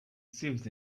sieves